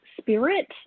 spirit